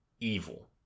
evil